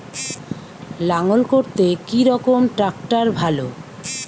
লাঙ্গল করতে কি রকম ট্রাকটার ভালো?